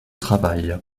travaille